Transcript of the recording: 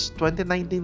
2019